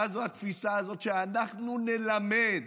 מה זו התפיסה הזאת, אנחנו נלמד?